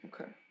Okay